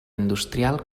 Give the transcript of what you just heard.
industrial